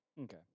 Okay